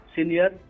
Senior